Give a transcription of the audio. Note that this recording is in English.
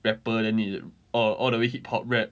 rapper then 你 orh all the way hip hop rap